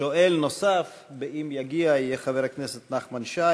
שואל נוסף, אם יגיע, יהיה חבר הכנסת נחמן שי.